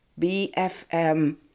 BFM